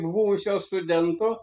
buvusio studento